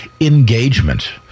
Engagement